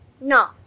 No